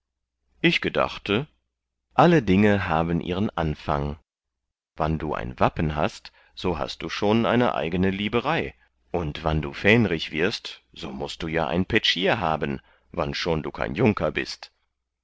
ich gedachte alle dinge haben ihren anfang wann du ein wappen hast so hast du schon ein eigne liberei und wann du fähnrich wirst so mußt du ja ein petschier haben wannschon du kein junker bist